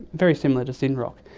very similar to synroc.